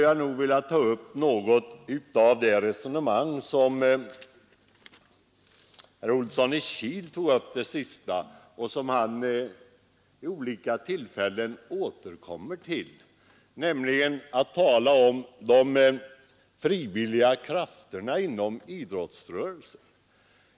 Jag vill sedan något gå in på det resonemang som herr Olsson i Kil vid olika tillfällen återkommer till när han talar om de frivilliga krafterna inom idrottsrörelsen.